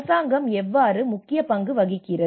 அரசாங்கம் எவ்வாறு முக்கிய பங்கு வகிக்கிறது